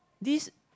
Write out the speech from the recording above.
this